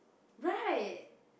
right